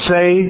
Say